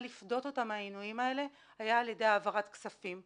לפדות אותם מהעינויים האלה הייתה על ידי העברת כספים.